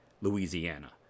Louisiana